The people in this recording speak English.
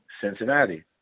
Cincinnati